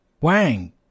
Wang